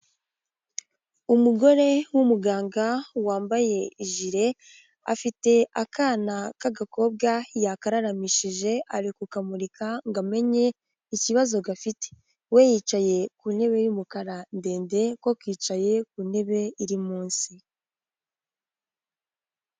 Umugore w'umuganga wambaye ijire, afite akana k'agakobwa yakararamishije, ari kukamurika ngo amenye ikibazo gafite, we yicaye ku ntebe y'umukara ndende ko kicaye ku ntebe iri munsi.